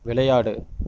விளையாடு